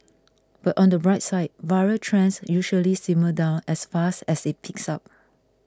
but on the bright side viral trends usually simmer down as fast as it peaks up